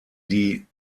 die